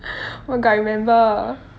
oh my god I remember